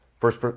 first